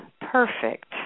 perfect